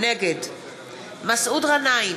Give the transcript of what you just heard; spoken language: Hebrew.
נגד מסעוד גנאים,